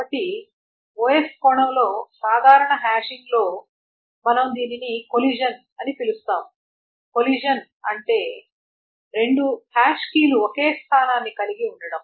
కాబట్టి OS కోణంలో సాధారణ హ్యాషింగ్లో మనం దీనిని కొలిషన్ అని పిలుస్తాము కొలిషన్ అంటే ఏమిటి అంటే రెండు హాష్ కీలు ఒకే స్థానాన్ని కలిగి ఉంటాయి